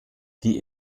die